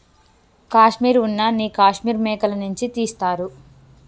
కాశ్మీర్ ఉన్న నీ కాశ్మీర్ మేకల నుంచి తీస్తారు